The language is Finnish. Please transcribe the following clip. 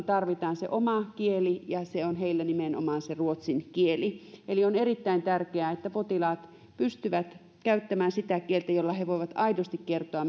tarvitaan se oma kieli ja se on heillä nimenomaan ruotsin kieli eli on erittäin tärkeää että potilaat pystyvät käyttämään sitä kieltä jolla he voivat aidosti kertoa